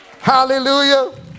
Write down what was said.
Hallelujah